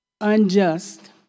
unjust